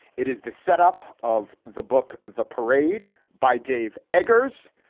it is the setup of the book, the parade by dave eggers,